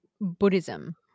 Buddhism